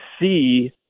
see